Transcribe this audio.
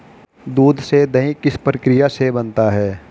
दूध से दही किस प्रक्रिया से बनता है?